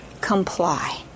comply